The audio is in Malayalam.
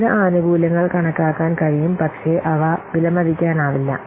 ചില ആനുകൂല്യങ്ങൾ കണക്കാക്കാൻ കഴിയും പക്ഷേ അവ വിലമതിക്കാനാവില്ല